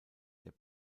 der